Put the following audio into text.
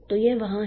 तो यह वहाँ है